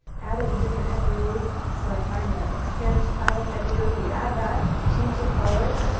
added a different type of roof, so i find a spanish tile type of roof, we add that, change the colors,